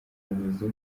yavuze